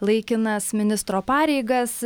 laikinas ministro pareigas